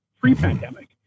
pre-pandemic